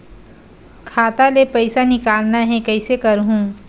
खाता ले पईसा निकालना हे, कइसे करहूं?